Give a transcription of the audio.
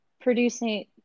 producing